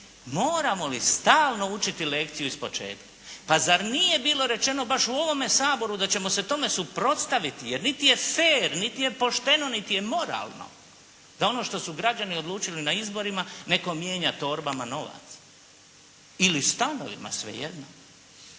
moramo li stalno učiti lekciju iz početka. Pa zar nije bilo rečeno baš u ovome Saboru da ćemo se tome suprotstaviti, jer niti je fer, niti je pošteno, niti je moralno da ono što su građani odlučili na izborima, netko mijenja torbama novac ili stanovima, svejedno.